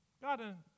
God